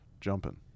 jumping